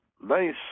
nice